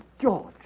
George